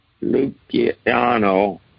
Luciano